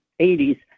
80s